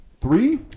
Three